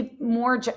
more